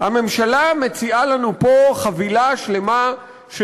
הממשלה מציעה לנו פה חבילה שלמה של